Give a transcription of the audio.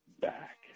back